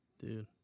Dude